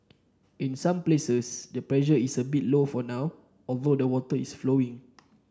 in some places the pressure is a bit low for now although the water is flowing